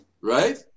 Right